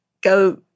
go